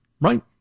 Right